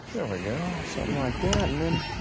there we go, something like that and then